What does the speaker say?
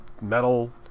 metal